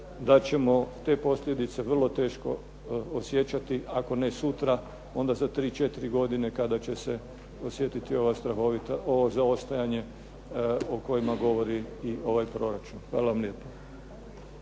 da ćemo te posljedice vrlo teško osjećati ako ne sutra onda za tri, četiri godine kada će se osjetiti ova strahovita, ovo zaostajanje o kojima govori i ovaj proračun. Hvala vam lijepa.